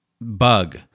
bug